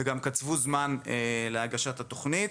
וגם קצבו זמן להגשת התוכנית.